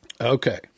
Okay